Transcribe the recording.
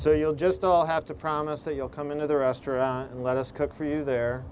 so you'll just have to promise that you'll come into the restaurant and let us cook for you there